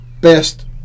best